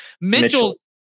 Mitchell's